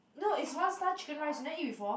no it's one star chicken rice you never eat before